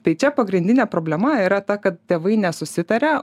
tai čia pagrindinė problema yra ta kad tėvai nesusitaria